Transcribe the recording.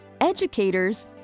educators